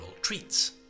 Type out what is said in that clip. treats